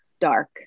dark